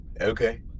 Okay